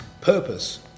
purpose